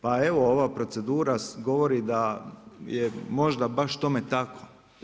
Pa evo, ova procedura govori da je možda baš tome tako.